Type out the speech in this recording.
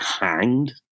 hanged